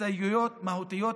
הסתייגויות מהותיות.